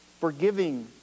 forgiving